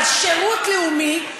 אבל שירות לאומי,